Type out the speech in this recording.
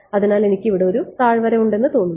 അതിനാൽ എനിക്ക് ഇവിടെ ഒരു താഴ്വര ഉണ്ടെന്ന് തോന്നുന്നു